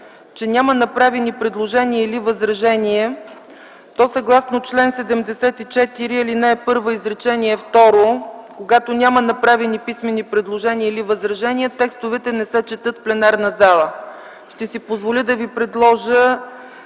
че няма направени предложения или възражения, то съгласно чл. 74, ал. 1, изречение второ – когато няма направени писмени предложения или възражения, текстовете не се четат в пленарната зала. Ще си позволя да ви предложа